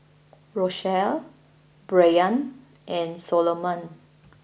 Rochelle Brayan and Soloman